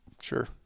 Sure